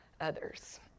others